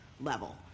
level